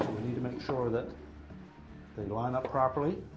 we need to make sure that they line up properly.